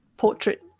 Portrait